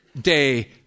day